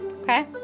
Okay